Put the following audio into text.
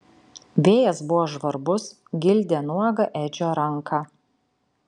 vėjas buvo žvarbus gildė nuogą edžio ranką